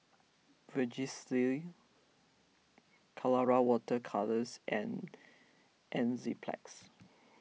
Vagisil Colora Water Colours and Enzyplex